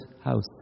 house